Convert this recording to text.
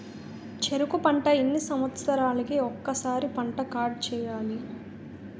చెరుకు పంట ఎన్ని సంవత్సరాలకి ఒక్కసారి పంట కార్డ్ చెయ్యాలి?